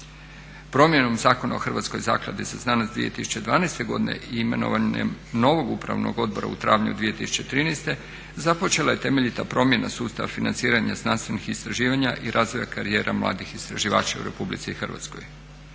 Promjenom Zakona o Hrvatskoj zakladi za znanost 2012. godine i imenovanjem novog upravnog odbora u travnju 2013. započela je temeljita promjena sustava financiranja znanstvenih istraživanja i razvoja karijera mladih istraživača u Republici Hrvatskoj.